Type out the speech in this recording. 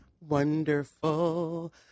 Wonderful